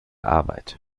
arbeit